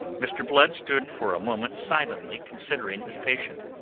mr. blood stood for a moment silently considering his patient.